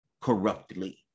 corruptly